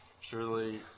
Surely